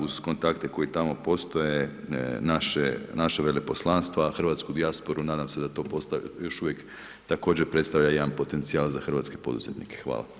Uz kontakte koji tamo postoje našeg veleposlanstva, hrvatsku dijasporu, nadam se da to još uvijek također predstavlja jedan potencijal za hrvatske poduzetnike.